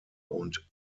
und